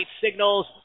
signals